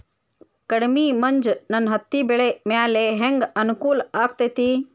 ಕಡಮಿ ಮಂಜ್ ನನ್ ಹತ್ತಿಬೆಳಿ ಮ್ಯಾಲೆ ಹೆಂಗ್ ಅನಾನುಕೂಲ ಆಗ್ತೆತಿ?